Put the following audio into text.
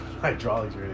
hydraulics